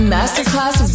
Masterclass